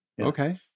Okay